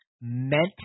meant